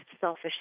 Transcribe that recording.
selfish